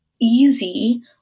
easy